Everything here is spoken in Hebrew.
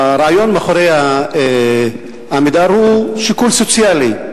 הרעיון מאחורי "עמידר" הוא שיקול סוציאלי,